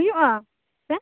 ᱦᱩᱭᱩᱜᱼᱟ ᱥᱮ